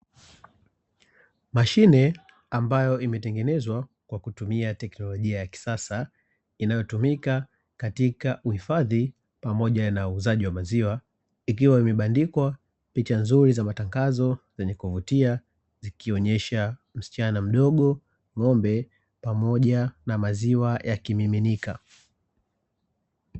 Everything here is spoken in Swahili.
Mashine ambayo imetengenezwa kwa kutumia teknolojia ya kisasa, inayotumika katika uhifadhi pamoja na uuzaji wa maziwa, ikiwa imebandikwa picha nzuri za matangazo ya kuvutia, zikionyesha msichana mdogo na ng'ombe pamoja na maziwa ya kimiminika.